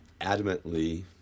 adamantly